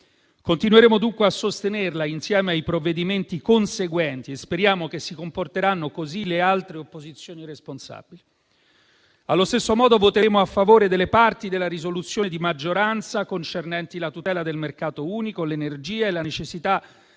Continueremo dunque a sostenerla insieme ai provvedimenti conseguenti e speriamo che si comporteranno così le altre opposizioni responsabili. Allo stesso modo, voteremo a favore delle parti della risoluzione di maggioranza concernenti la tutela del mercato unico, l'energia e la necessità